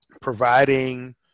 providing